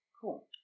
Cool